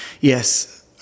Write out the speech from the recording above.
Yes